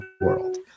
world